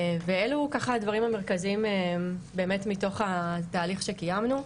אלו הדברים המרכזיים באמת מתוך התהליך שקיימנו.